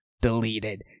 Deleted